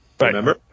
Remember